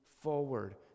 forward